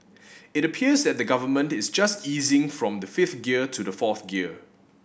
it appears that the Government is just easing from the fifth gear to the fourth gear